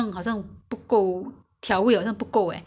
unless improve on the recipe